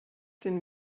den